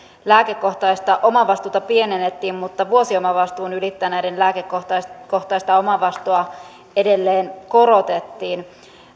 lääkekohtaista omavastuuta pienennettiin mutta vuosiomavastuun ylittäneiden lääkekohtaista lääkekohtaista omavastuuta edelleen korotettiin